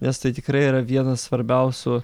nes tai tikrai yra vienas svarbiausių